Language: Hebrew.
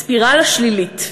ספירלה שלילית.